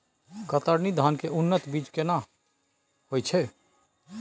कतरनी धान के उन्नत बीज केना होयत छै?